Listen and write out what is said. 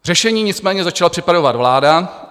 Řešení nicméně začala připravovat vláda.